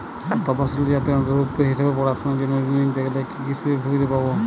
তফসিলি জাতির অন্তর্ভুক্ত হিসাবে পড়াশুনার জন্য ঋণ নিতে গেলে কী কী সুযোগ সুবিধে পাব?